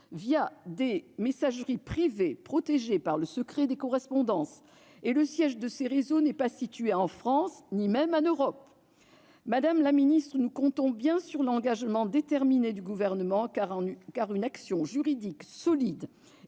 que des messageries privées protégées par le secret des correspondances, et le siège de ces réseaux n'est pas situé en France ni même en Europe. Madame la secrétaire d'État, nous comptons sur l'engagement déterminé du Gouvernement, car une action juridique solide